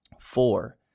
four